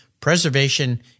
Preservation